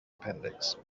appendix